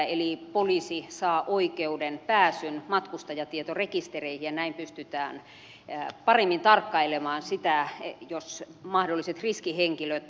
eli poliisi saa oikeuden pääsyn matkustajatietorekistereihin ja näin pystytään paremmin tarkkailemaan jos mahdolliset riskihenkilöt matkustavat